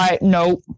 Nope